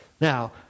Now